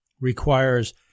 requires